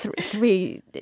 Three –